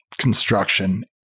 construction